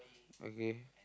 okay